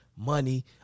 money